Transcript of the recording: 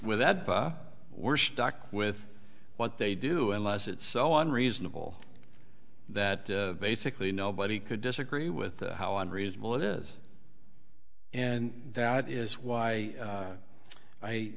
with that we're stuck with what they do unless it's so unreasonable that basically nobody could disagree with how unreasonable it is and that is why